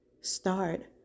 start